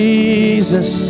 Jesus